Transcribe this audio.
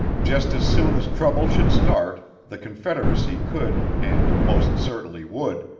just as soon as trouble should start, the confederacy could, and most certainly would,